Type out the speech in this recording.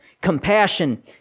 Compassion